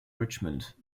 richmond